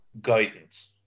guidance